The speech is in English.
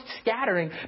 scattering